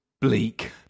bleak